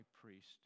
priest